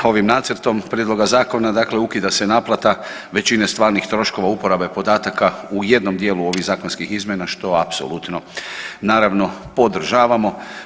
Ovim nacrtom prijedloga zakona dakle ukida se naplata većine stvarnih troškova uporabe podataka u jednom dijelu ovih zakonskih izmjena što apsolutno naravno podržavamo.